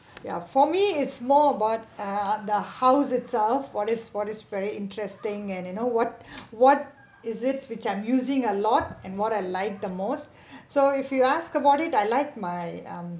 ya for me it's more about ah ah the house itself what is what is very interesting and you know what what is it which I'm using a lot and what I like the most so if you ask about it I like my um